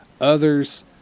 Others